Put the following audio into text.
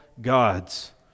gods